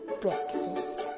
breakfast